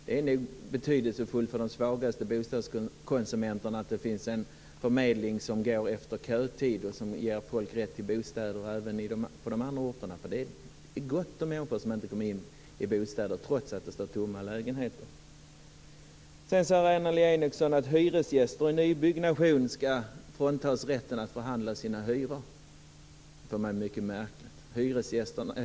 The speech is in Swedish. Det är nog betydelsefullt för de svagaste bostadskonsumenterna att det finns en förmedling som går efter kötider och ger folk rätt till bostäder även på de andra orterna. Det är gott om människor som inte kommer in på bostadsmarknaden, trots att det finns tomma lägenheter. Annelie Enochson säger att hyresgäster i nybyggnation ska fråntas rätten att förhandla sina hyror. Det låter för mig mycket märkligt.